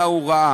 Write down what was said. אלא הוא ראה.